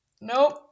nope